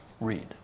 read